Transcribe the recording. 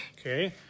Okay